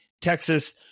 Texas